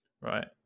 right